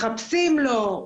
מחפשים לו,